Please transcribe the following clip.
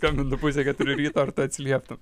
skambintų pusę keturių ryto ar atsilieptum